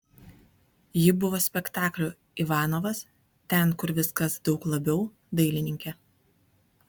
ji buvo spektaklių ivanovas ten kur viskas daug labiau dailininkė